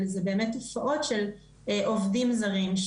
אבל זה באמת תופעות של עובדים זרים,